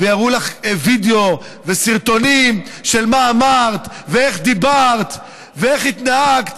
ויראו לך וידיאו וסרטונים של מה אמרת ואיך דיברת ואיך התנהגת,